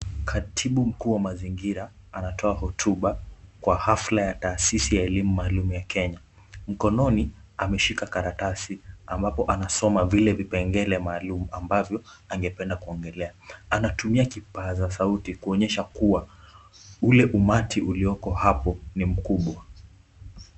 Katibu mkuu wa mazingira anatoa hotuba kwa hafla ya taasisi ya elimu maalum ya Kenya. Mkononi ameshika karatasi ambapo anasoma vile vipengele maalum ambavyo angependa kuongelea. Anatumia kipaza sauti kuonyesha kuwa ule umati ulioko hapo ni mkubwa.